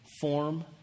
form